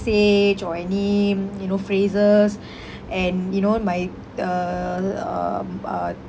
passage or any you know phrases and you know my uh um uh